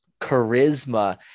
charisma